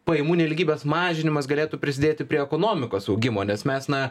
pajamų nelygybės mažinimas galėtų prisidėti prie ekonomikos augimo nes mes na